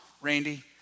Randy